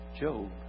Job